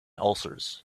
ulcers